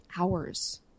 hours